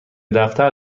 دفتر